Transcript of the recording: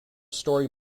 story